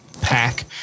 pack